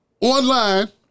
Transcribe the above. online